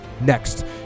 next